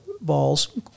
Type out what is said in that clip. balls